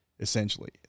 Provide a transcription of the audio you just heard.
Essentially